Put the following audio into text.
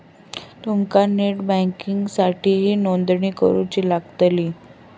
तुमका नेट बँकिंगसाठीही नोंदणी करुची लागतली